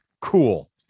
Cool